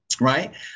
Right